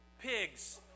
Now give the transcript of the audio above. Pigs